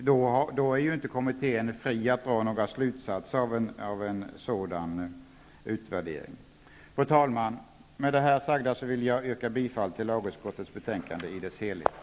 Då är inte kommittén fri att dra några slutsatser av en utvärdering. Fru talman! Med det sagda yrkar jag bifall till lagutskottets hemställan i dess helhet.